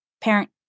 parent